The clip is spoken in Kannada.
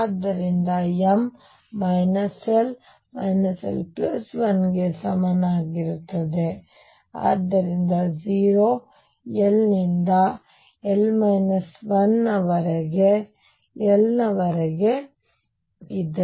ಆದ್ದರಿಂದ m l l 1 ಗೆ ಸಮನಾಗಿರುತ್ತದೆ ಆದ್ದರಿಂದ 0 l ನಿಂದ l 1 ಮತ್ತು l ವರೆಗೆ ಇದೆ